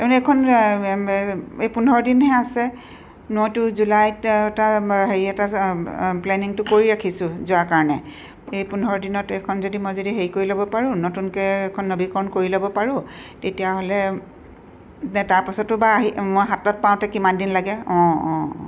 তাৰমানে এইখন এই পোন্ধৰ দিনহে আছে মইতো জুলাইত তাৰ হেৰি এটা আছে প্লেনিংটো কৰি ৰাখিছোঁ যোৱাৰ কাৰণে এই পোন্ধৰ দিনত এইখন যদি মই যদি হেৰি কৰি ল'ব পাৰোঁ নতুনকৈ এইখন নৱীকাৰণ কৰি ল'ব পাৰোঁ তেতিয়াহ'লে তাৰপাছতো বা আহি মই হাতত পাওঁতে কিমানদিন লাগে অঁ অঁ অঁ